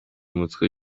mutwe